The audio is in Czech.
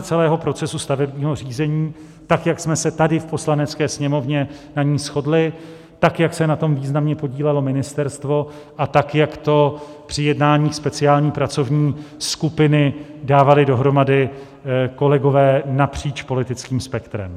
Digitalizace celého procesu stavebního řízení, tak jak jsme se tady v Poslanecké sněmovně na ní shodli, tak jak se na tom významně podílelo ministerstvo a tak jak to při jednáních speciální pracovní skupiny dávali dohromady kolegové napříč politickým spektrem.